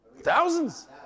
Thousands